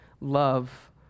love